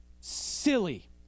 silly